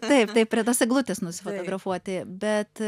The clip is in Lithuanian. taip taip prie tos eglutės nusifotografuoti bet